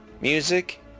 music